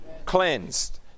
Cleansed